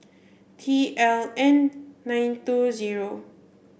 T L N nine two zero